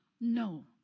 No